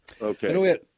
okay